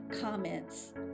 comments